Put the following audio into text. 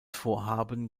vorhaben